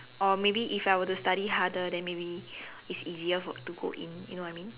or maybe if I were to study harder then maybe it's easier for to go in you know what I mean